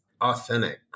authentic